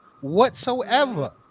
whatsoever